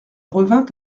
revint